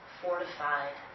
fortified